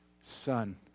son